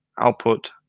output